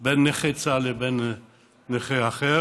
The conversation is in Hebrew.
בין נכה צה"ל לבין נכה אחר